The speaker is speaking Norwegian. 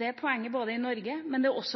Det er poenget både i Norge